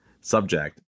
subject